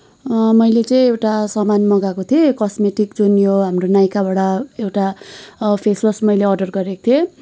अँ मैले चाहिँ एउटा सामान मगाएको थिएँ कस्मेटिक जुन यो हाम्रो नाइकाबाट एउटा फेसवास मैले अर्डर गरेको थिएँ